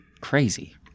crazy